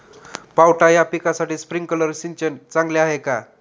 पावटा या पिकासाठी स्प्रिंकलर सिंचन चांगले आहे का?